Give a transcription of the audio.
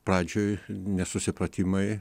pradžioj nesusipratimai